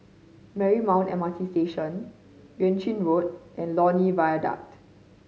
Marymount M R T Station Yuan Ching Road and Lornie Viaduct